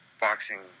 boxing